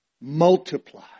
multiply